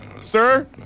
Sir